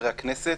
וחברי הכנסת.